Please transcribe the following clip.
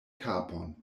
kapon